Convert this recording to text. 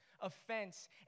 offense